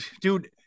dude